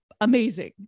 amazing